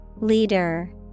Leader